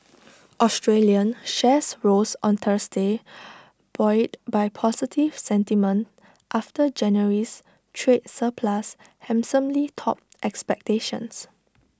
Australian shares rose on Thursday buoyed by positive sentiment after January's trade surplus handsomely topped expectations